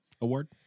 award